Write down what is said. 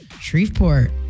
Shreveport